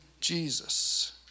Jesus